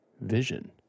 vision